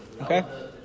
Okay